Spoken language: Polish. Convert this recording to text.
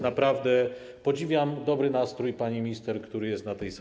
Naprawdę podziwiam dobry nastrój pani minister, która jest na tej sali.